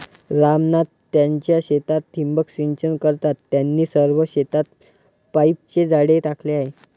राम नाथ त्यांच्या शेतात ठिबक सिंचन करतात, त्यांनी सर्व शेतात पाईपचे जाळे टाकले आहे